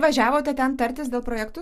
važiavote ten tartis dėl projektų